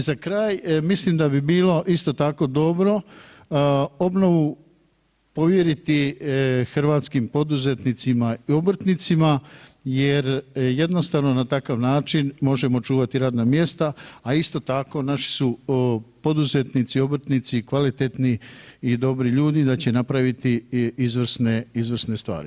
I za kraj, mislim da bi bilo isto tako dobro obnovu povjeriti hrvatskim poduzetnicima i obrtnicima jer jednostavno na takav način možemo čuvati radna mjesta, a isto tako naši su poduzetnici i obrtnici kvalitetni i dobri ljudi da će napraviti izvrsne, izvrsne stvari.